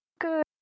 good